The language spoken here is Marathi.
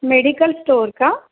मेडिकल स्टोअर का